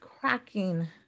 cracking